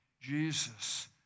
Jesus